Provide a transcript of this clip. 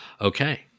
Okay